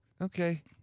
okay